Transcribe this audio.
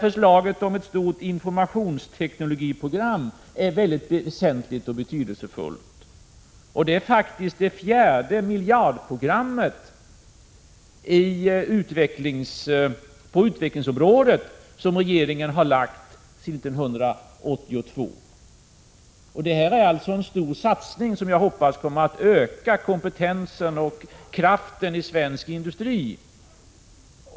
Förslaget om ett stort informationsteknologiprogram är också betydelsefullt. Det är faktiskt det fjärde miljardprogrammet på utvecklingsområdet som regeringen har lagt fram sedan 1982. Det här är en stor satsning, som jag hoppas kommer att öka kompetensen hos och kraften i svensk industri.